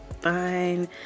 fine